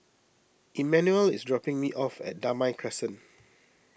Immanuel is dropping me off at Damai Crescent